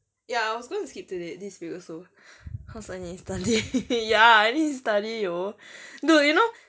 ya I was gonna skip today this week also cause I need to study ya and I need study yo dude you know